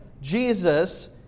Jesus